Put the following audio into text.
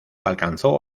alcanzó